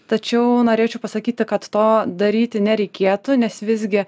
tačiau norėčiau pasakyti kad to daryti nereikėtų nes visgi